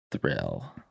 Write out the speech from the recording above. thrill